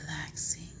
relaxing